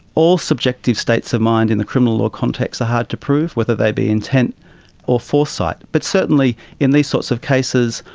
all subjective states of mind in the criminal law context are hard to prove, whether they be intent or foresight. but certainly in these sorts of cases,